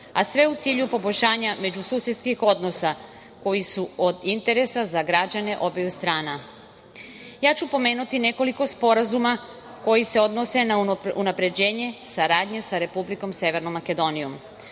a sve u cilju poboljšanja međususedskih odnosa koji su od interesa za građane obeju strana. Pomenuću nekoliko sporazuma koji se odnose na unapređenje odnosa saradnje sa Republikom Severnom Makedonijom.